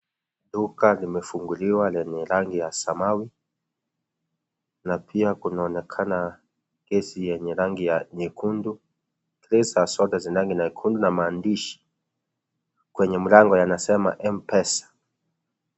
Duka limefunguliwa lenye rangi ya samawi na pia kunaonekana gesi yenye rangi ya nyekundu kesi za soda zenye randi nyekundu na maandishi kwenye mlango yanasema Mpesa.